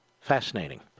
Fascinating